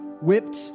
Whipped